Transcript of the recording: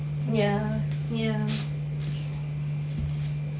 ya ya